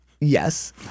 Yes